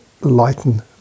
lighten